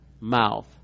mouth